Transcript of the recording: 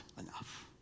enough